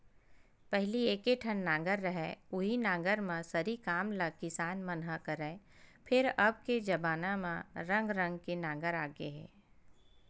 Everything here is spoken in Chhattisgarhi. पहिली एके ठन नांगर रहय उहीं नांगर म सरी काम ल किसान मन ह करय, फेर अब के जबाना म रंग रंग के नांगर आ गे हे